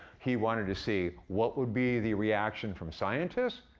he wanted to see what would be the reaction from scientists,